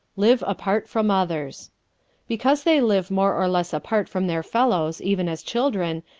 live apart from others because they live more or less apart from their fellows, even as children,